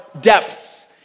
depths